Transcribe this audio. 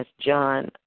John